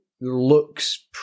looks